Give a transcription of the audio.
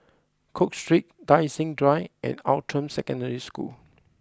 cook Street Tai Seng Drive and Outram Secondary School